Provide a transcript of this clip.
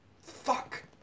fuck